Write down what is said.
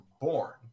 born